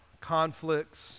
conflicts